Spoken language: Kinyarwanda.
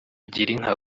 girinka